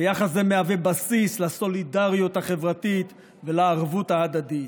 ויחס זה מהווה בסיס לסולידריות החברתית ולערבות ההדדית.